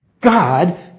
God